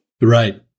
Right